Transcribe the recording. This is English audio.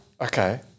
Okay